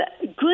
Good